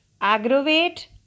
aggravate